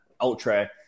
Ultra